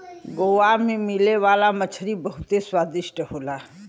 गोवा में मिले वाला मछरी बहुते स्वादिष्ट होला